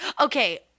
okay